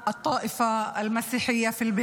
הדבר הראשון הוא שהיום זה חג